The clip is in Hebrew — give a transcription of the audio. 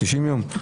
60 יום.